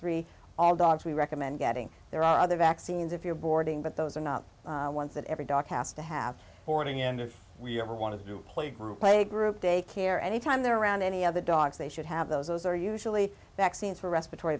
three all dogs we recommend getting there are other vaccines if you're boarding but those are not ones that every dog has to have already and if we ever want to do playgroup playgroup day care anytime they're around any other dogs they should have those those are usually vaccines for respiratory